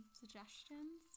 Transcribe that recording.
suggestions